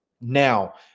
Now